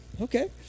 Okay